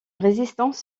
résistance